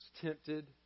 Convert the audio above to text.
tempted